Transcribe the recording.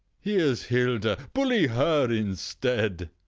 here's hilda bully her instead.